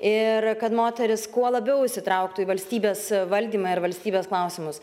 ir kad moterys kuo labiau įsitrauktų į valstybės valdymą ir valstybės klausimus